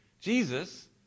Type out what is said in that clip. Jesus